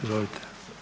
Izvolite.